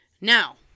Now